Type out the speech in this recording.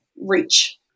reach